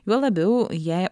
juo labiau jei